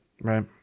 Right